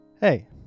Hey